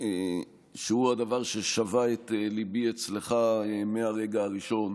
שהוא הדבר ששבה את ליבי אצלך מהרגע הראשון,